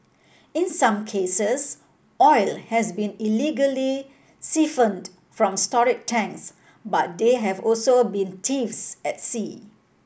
in some cases oil has been illegally siphoned from storage tanks but there have also been thefts at sea